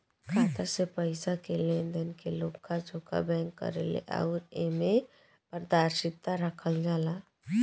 खाता से पइसा के लेनदेन के लेखा जोखा बैंक करेले अउर एमे पारदर्शिता राखल जाला